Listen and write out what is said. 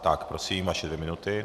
Tak prosím, vaše dvě minuty.